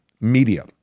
media